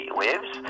waves